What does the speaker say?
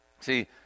See